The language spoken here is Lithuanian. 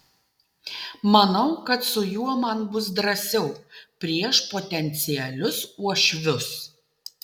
manau kad su juo man bus drąsiau prieš potencialius uošvius